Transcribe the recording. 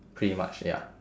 pretty much ya